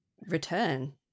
return